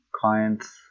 clients